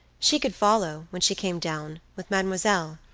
she could follow, when she came down, with mademoiselle,